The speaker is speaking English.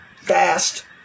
Fast